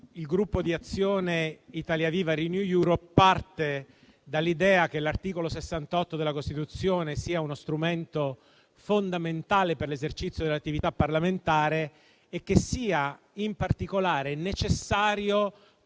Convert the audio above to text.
Il Gruppo Azione-Italia Viva-Renew Europe parte dall'idea che l'articolo 68 della Costituzione sia uno strumento fondamentale per l'esercizio dell'attività parlamentare e che sia in particolare necessario